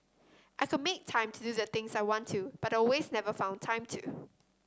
I could make time to do the things I want to but always never found time to